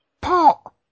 pot